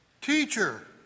Teacher